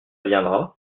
viendra